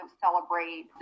celebrate